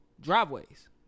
driveways